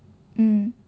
mm